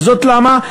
וזאת למה?